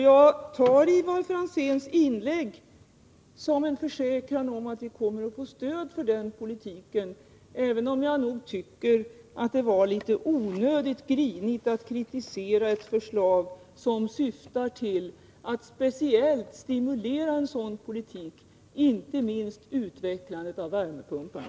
Jag tar Ivar Franzéns inlägg som en försäkran om att vi kommer att få stöd för den politiken — även om jag nog tycker att det var litet onödigt grinigt att kritisera ett förslag som syftar till att speciellt stimulera en sådan politik, inte minst utvecklandet av värmepumparna.